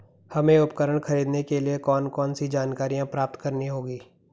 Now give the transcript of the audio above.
हमें उपकरण खरीदने के लिए कौन कौन सी जानकारियां प्राप्त करनी होगी?